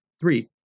Three